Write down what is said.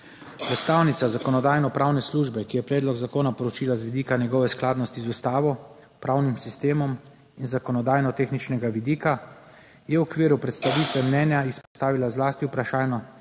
Predstavnica Zakonodajno-pravne službe, ki je predlog zakona proučila z vidika njegove skladnosti z Ustavo, pravnim sistemom in z zakonodajno tehničnega vidika je v okviru predstavitve mnenja izpostavila zlasti vprašanje